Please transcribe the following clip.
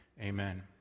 Amen